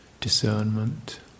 discernment